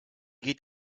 geht